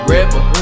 River